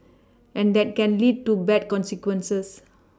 and that can lead to bad consequences